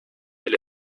del